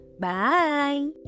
Bye